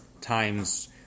times